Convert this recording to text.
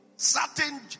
Certain